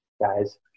guys